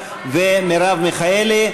מרב מיכאלי.